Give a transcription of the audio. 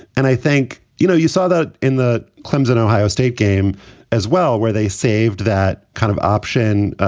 and i think, you know, you saw that in the clemson ohio state game as well, where they saved that kind of option.